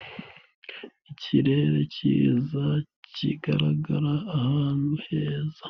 Ikirere cyiza kigaragara ahantu heza.